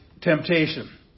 temptation